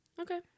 Okay